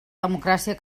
democràcia